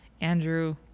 Andrew